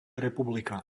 republika